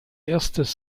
erstes